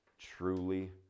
truly